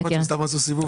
אולי סתם עשו סיבוב.